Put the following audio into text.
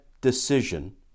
decision